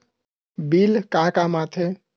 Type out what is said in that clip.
Bill का काम आ थे?